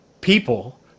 people